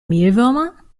mehlwürmer